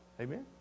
Amen